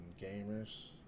gamers